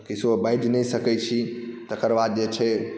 किछुओ बाजि नहि सकैत छी तकर बाद जे छै